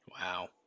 Wow